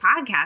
podcast